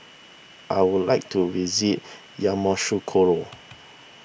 I would like to visit Yamoussoukro